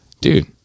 dude